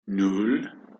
nan